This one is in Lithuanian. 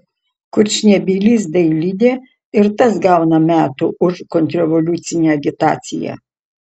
kurčnebylis dailidė ir tas gauna metų už kontrrevoliucine agitaciją